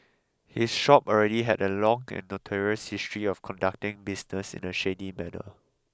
his shop already had a long and notorious history of conducting business in a shady manner